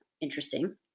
interesting